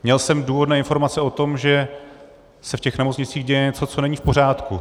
Měl jsem důvodné informace o tom, že se v těch nemocnicích děje něco, co není v pořádku.